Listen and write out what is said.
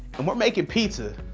and we're making pizza.